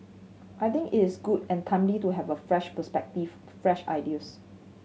I think it's good and timely to have a fresh perspective fresh ideas